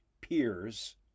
peers